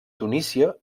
tunísia